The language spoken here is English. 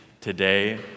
today